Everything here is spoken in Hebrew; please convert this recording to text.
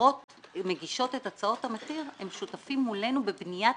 כשהחברות מגישות את הצעות המחיר הן שותפות מולנו בבניית